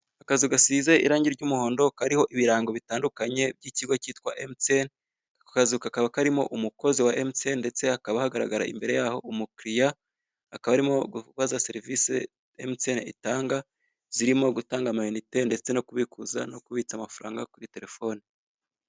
Akazu gasize irange ry'umuhondo kariho ibirango bitandukanye by'ikigo cyitwa Emutiyeni. Ako kazu kakaba karimo umukozi wa Emutiyeni, ndetse hakaba hagaragara imbere yaho umukiriya akaba arimo kubaza serivisi Emutiyeni itanga, zirimo gutanga amayinite ndetse no kubikuza no kubitsa amafaranga kuri terefone.